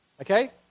Okay